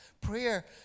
prayer